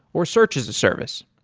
or search as a service.